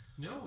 No